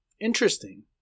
Interesting